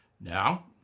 Now